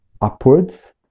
upwards